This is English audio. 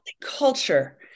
culture